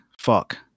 fuck